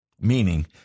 Meaning